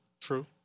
True